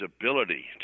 ability